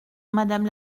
madame